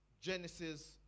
Genesis